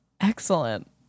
Excellent